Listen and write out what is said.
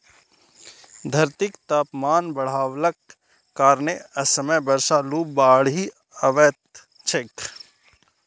धरतीक तापमान बढ़लाक कारणें असमय बर्षा, लू, बाढ़ि अबैत छैक